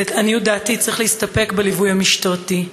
לעניות דעתי, צריך להסתפק בליווי המשטרתי.